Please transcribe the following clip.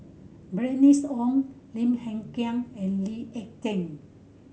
Bernice Ong Lim Hng Kiang and Lee Ek Tieng